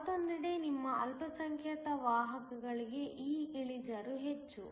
ಮತ್ತೊಂದೆಡೆ ನಿಮ್ಮ ಅಲ್ಪಸಂಖ್ಯಾತ ವಾಹಕಗಳಿಗೆ ಈ ಇಳಿಜಾರು ಹೆಚ್ಚು